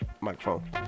microphone